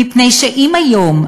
מפני שאם היום,